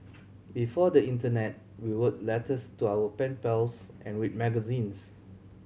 before the internet we wrote letters to our pen pals and read magazines